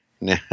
Now